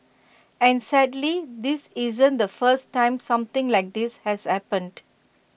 and sadly this isn't the first time something like this has happened